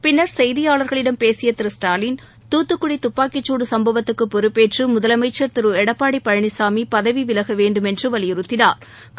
பின்னர் செய்தியாளர்களிடம் பேசிய திரு ஸ்டாலின் தூத்துக்குடி துப்பாக்கிகடு சம்பவத்துக்கு பொறுப்பேற்று முதலமைச்சா் திரு எடப்பாடி பழனிசாமி பதவி விலக வேண்டுமென்று வலியுறுத்தினாா்